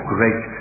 Great